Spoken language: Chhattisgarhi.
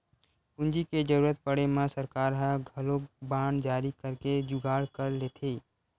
पूंजी के जरुरत पड़े म सरकार ह घलोक बांड जारी करके जुगाड़ कर लेथे